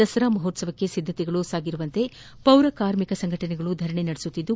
ದಸರಾ ಮಹೋತ್ಸವಕ್ಕೆ ಸಿದ್ದತೆಗಳು ಸಾಗಿರುವಂತೆ ಪೌರ ಕಾರ್ಮಿಕ ಸಂಘಟನೆಗಳು ಧರಣಿ ನಡೆಸುತ್ತಿದ್ದು